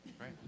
right